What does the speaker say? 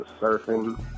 surfing